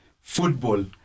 football